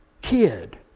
kid